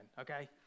okay